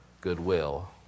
goodwill